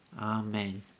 amen